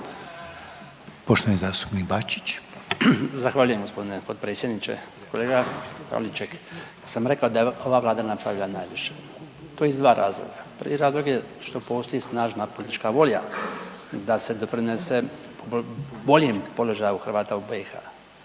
**Bačić, Branko (HDZ)** Zahvaljujem gospodine potpredsjedniče. Kolega Pavliček, ja sam rekao da je ova Vlada napravila najviše to iz dva razloga. Prvi razlog je što postoji snažna politička volja da se doprinese boljem položaju Hrvata u BiH,